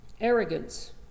Arrogance